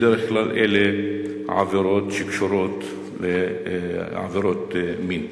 בדרך כלל אלה עבירות שקשורות לעבירות מין.